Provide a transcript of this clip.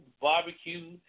Barbecue